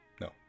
no